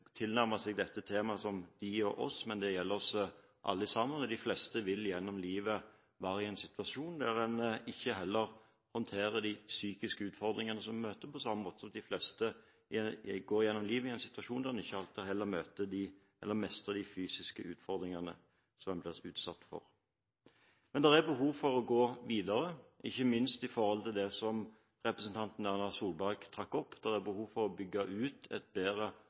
seg dette temaet som de og oss – det gjelder oss alle sammen. De fleste vil gjennom livet være i en situasjon der en ikke håndterer de psykiske utfordringene som møter en, på samme måte som de fleste går gjennom livet og kommer i en situasjon der en ikke alltid mestrer de fysiske utfordringene som en blir utsatt for. Men det er behov for å gå videre, ikke minst i forhold til det som representanten Erna Solberg trakk opp. Det er behov for å bygge ut et bedre